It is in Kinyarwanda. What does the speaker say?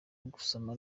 gusoma